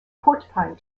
porcupine